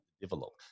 develop